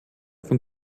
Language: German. von